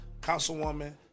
Councilwoman